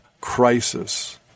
crisis